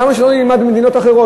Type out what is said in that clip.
למה שלא נלמד ממדינות אחרות?